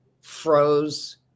froze